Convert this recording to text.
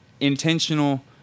intentional